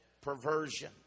perversion